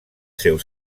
seus